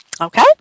okay